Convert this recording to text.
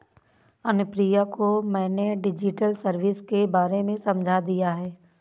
अनुप्रिया को मैंने digital service के बारे में समझा दिया है